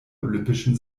olympischen